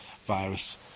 virus